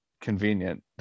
convenient